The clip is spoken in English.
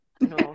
No